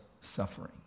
suffering